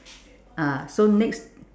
ah so next